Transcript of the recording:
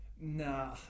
Nah